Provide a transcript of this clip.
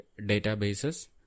databases